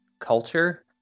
culture